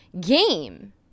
game